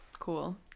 cool